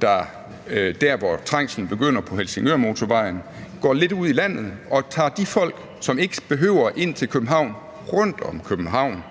det sted, hvor trængslen begynder på Helsingørmotorvejen, går lidt ud i landet og tager de folk, som ikke behøver at skulle ind til København, rundt om København,